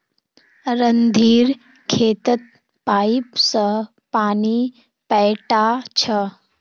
रणधीर खेतत पाईप स पानी पैटा छ